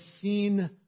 seen